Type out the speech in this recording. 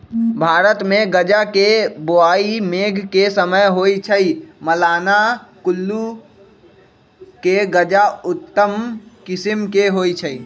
भारतमे गजा के बोआइ मेघ के समय होइ छइ, मलाना कुल्लू के गजा उत्तम किसिम के होइ छइ